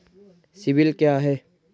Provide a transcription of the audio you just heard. CIBIL क्या है?